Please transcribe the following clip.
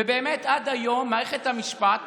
ובאמת, עד היום, מערכת המשפט,